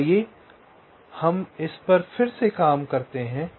तो आइए हम इस पर फिर से काम करते हैं